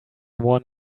one